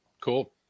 cool